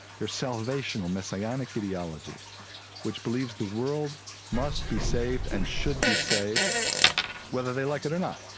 they're salvational messianic ideologies which believes the world must be saved and should be saved whether they like it or not,